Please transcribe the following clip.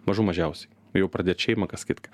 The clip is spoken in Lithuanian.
mažų mažiausiai jau pradėt šeimą kas kitka